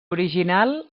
original